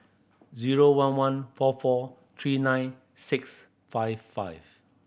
zero one one four four three nine six five five